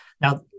Now